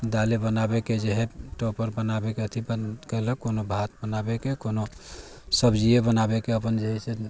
दालिए बनाबयके जे हइ टॉपर बनाबयके अथीपर कोनो भात बनाबयके कोनो सब्जिए बनाबयके अपन जे हइ से अपन